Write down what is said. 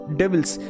devils